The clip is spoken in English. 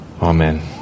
Amen